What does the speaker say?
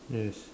yes